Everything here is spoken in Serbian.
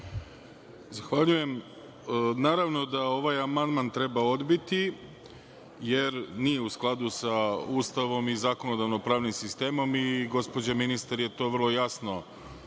Zahvaljujem. Naravno da ovaj amandman treba odbiti, jer nije u skladu sa Ustavom i zakonodavno-pravnim sistemom i gospođa ministar je to vrlo jasno